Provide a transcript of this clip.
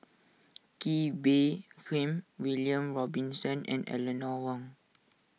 Kee Bee Khim William Robinson and Eleanor Wong